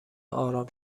آرام